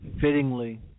fittingly